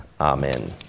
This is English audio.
Amen